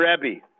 Rebbe